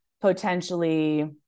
potentially